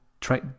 try